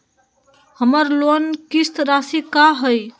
हमर लोन किस्त राशि का हई?